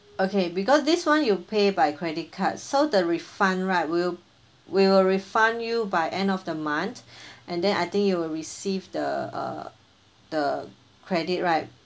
okay because this [one] you pay by credit card so the refund right we'll we will refund you by end of the month and then I think you will receive the uh the credit right